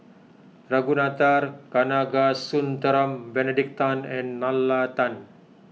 Ragunathar Kanagasuntheram Benedict Tan and Nalla Tan